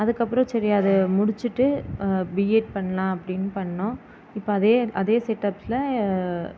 அதுக்கப்புறம் சரி அதை முடிச்சிட்டு பிஎட் பண்ணலாம் அப்படின்னு பண்ணோம் இப்போ அதே அதே செட்டப்ஸ்ல